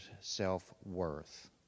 self-worth